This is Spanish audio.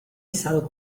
besado